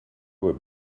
were